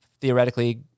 theoretically